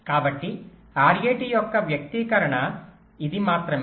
కాబట్టి RAT యొక్క వ్యక్తీకరణ ఇది మాత్రమే